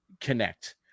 connect